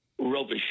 rubbish